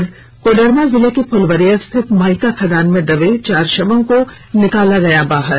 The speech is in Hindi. और कोडरमा जिले के फ़लवरिया स्थित माइका खदान में दबे चार शवों को निकाला गया बाहर